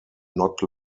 not